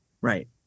Right